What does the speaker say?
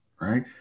right